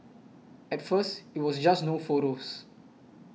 at first it was just no photos